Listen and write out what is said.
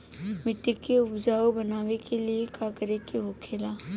मिट्टी के उपजाऊ बनाने के लिए का करके होखेला?